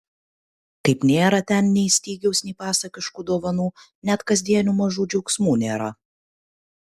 kaip nėra ten nei stygiaus nei pasakiškų dovanų net kasdienių mažų džiaugsmų nėra